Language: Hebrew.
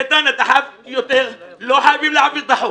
איתן, אתה חייב יותר, לא חייבים להעביר את החוק.